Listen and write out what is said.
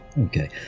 Okay